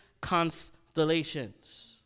constellations